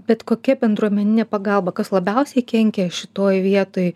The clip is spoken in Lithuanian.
bet kokia bendruomeninė pagalba kas labiausiai kenkia šitoj vietoj